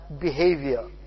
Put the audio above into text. behavior